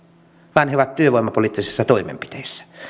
vaan he ovat työvoimapoliittisissa toimenpiteissä